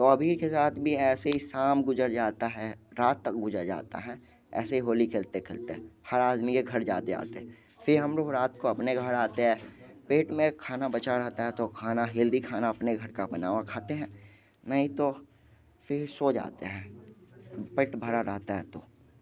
तो अबीर के साथ भी ऐसे ही शाम गुजर जाता है रात तक गुजर जाता है ऐसे होली खेलते खेलते हर आदमी के घर जाते फिर हम लोग रात को अपने घर आते हैं पेट में खाना बचा रहा था तो खाना हेल्दी खाना अपने घर का बना हुआ खाते हैं नहीं तो फिर सो जाते हैं पेट भरा रहता है तो